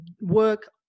work